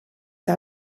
que